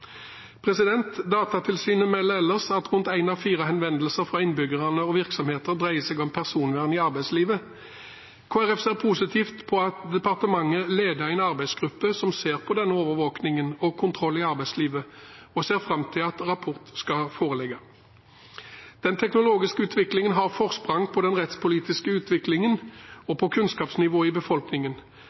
Datatilsynet melder ellers at rundt en av fire henvendelser fra innbyggere og virksomheter dreier seg om personvern i arbeidslivet. Kristelig Folkeparti ser positivt på at Arbeids- og sosialdepartementet leder en arbeidsgruppe som ser på overvåkning og kontroll i arbeidslivet, og ser fram til at en rapport skal foreligge. Den teknologiske utviklingen har forsprang på den rettspolitiske utviklingen og på kunnskapsnivået i befolkningen.